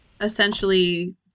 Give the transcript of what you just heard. essentially